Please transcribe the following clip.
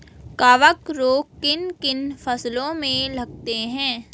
कवक रोग किन किन फसलों में लगते हैं?